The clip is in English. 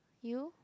you